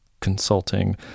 consulting